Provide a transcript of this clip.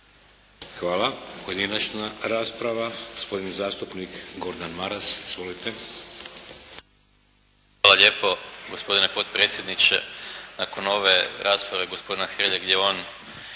Hvala. Pojedinačna rasprava, gospodin zastupnik Gordan Maras. Izvolite. **Maras, Gordan (SDP)** Hvala lijepo gospodine potpredsjedniče. Nakon ove rasprave gospodina Hrelje gdje on